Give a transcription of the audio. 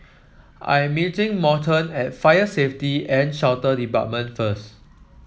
I am meeting Morton at Fire Safety and Shelter Department first